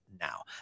now